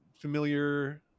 familiar